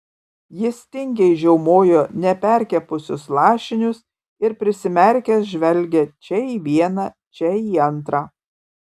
jis tingiai žiaumojo neperkepusius lašinius ir prisimerkęs žvelgė čia į vieną čia į antrą